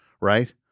right